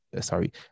sorry